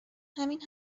همین